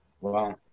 Wow